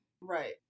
Right